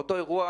באותו אירוע